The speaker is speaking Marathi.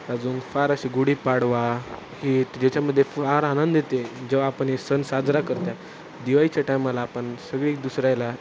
अजून फार अशी गुढीपाडवा ईट ज्याच्यामध्ये फार आनंद येते जेव्हा आपण हे सण साजरा करतो आहे दिवाळीच्या टायमाला आपण सगळी दुसऱ्यायला